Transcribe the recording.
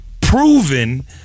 proven